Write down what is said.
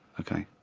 okay.